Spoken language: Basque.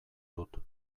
dut